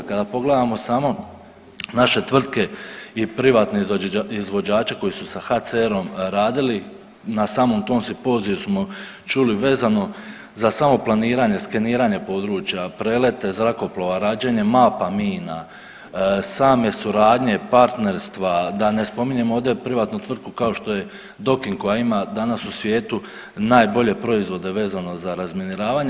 Kada pogledamo samo naše tvrtke i privatne izvođače koji su sa HCR-om radili na samom tom simpoziju smo čuli vezno za samoplaniranje, skeniranje područja, prelete zrakoplova, rađenje mapa mina, same suradnje, partnerstva, da ne spominjem ovdje privatnu tvrtku kao što je Doking koja ima danas u svijetu najbolje proizvode vezano za razminiravanje.